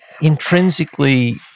intrinsically